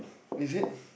is it